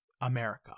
America